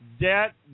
debt